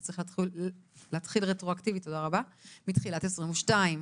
זה צריך להתחיל רטרואקטיבית מתחילת 2022,